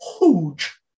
huge